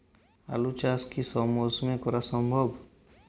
আলু চাষ কি সব মরশুমে করা সম্ভব?